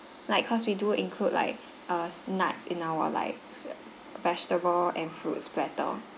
like cause we do include like err s~ nuts in our like vegetable and foods platter